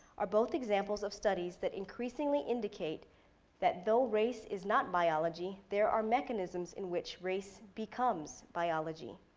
are both examples of studies that increasingly indicate that, though, race is not biology, there are mechanisms in which race becomes biology.